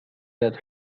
that